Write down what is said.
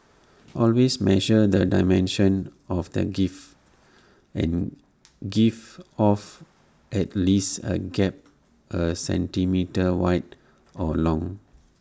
always measure the dimensions of the gift and give off at least A gap A centimetre wide or long